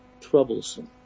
troublesome